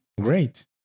Great